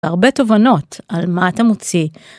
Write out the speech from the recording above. הרבה תובנות על מה אתה מוציא.